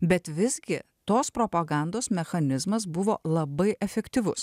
bet visgi tos propagandos mechanizmas buvo labai efektyvus